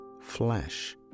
flesh